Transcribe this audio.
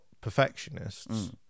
perfectionists